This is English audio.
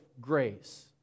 grace